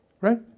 right